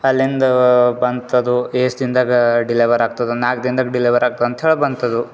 ಅಲ್ಲಿಂದ ಬಂತದು ಎಷ್ಟು ದಿನದಾಗಾ ಡಿಲೆವರ್ ಆಗ್ತದೆ ನಾಲ್ಕು ದಿನ್ದಾಗ ಡಿಲೆವರ್ ಆಗ್ತಾ ಅಂತೇಳೀ ಬಂತದು